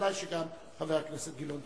ודאי שגם חבר הכנסת גילאון.